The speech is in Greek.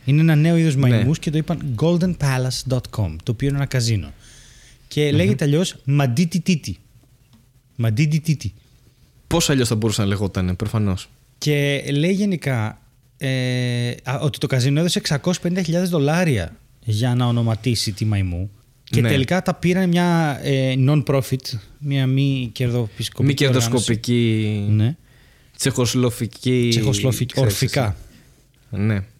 Είναι ένα νέο είδος Ναι. μαϊμούς και το είπαν goldenpalace.com, το οποίο είναι ένα καζίνο. Και λέγεται Μμμ. αλλιώς Μαντίτιτίτι. Μαντίτιτίτι. Πώς αλλιώς θα μπορούσε να λεγότανε, προφανώς. Και λέει γενικά, ε, α, ότι το καζίνο έδωσε 650,000 δολάρια για να ονοματίσει τη μαϊμού. Και Ναι. τελικά τα πήραν μια, ε, non-profit, μια μη κερδοσκοπική Μη οργάνωση. κερδοσκοπική- Ναι. τσεχοσλοφική- Τσεχοσλοφικ- ξέρεις εσύ. ορφικά. Ναι.